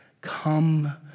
come